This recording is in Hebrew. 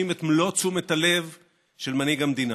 את מלוא תשומת הלב של מנהיג המדינה,